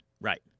right